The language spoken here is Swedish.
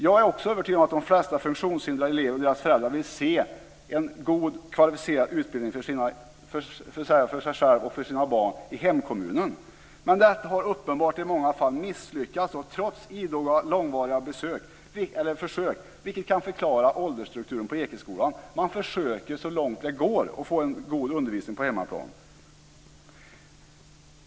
Jag är övertygad om att de flesta funktionshindrade elever och deras föräldrar vill se en god kvalificerad utbildning för sig själva och sina barn i hemkommunen. Men detta har uppenbart i många fall misslyckats, trots idoga och långvariga försök, vilket kanske förklarar åldersstrukturen på Ekeskolan. Man försöker så långt det går att få en god undervisning på hemmaplan.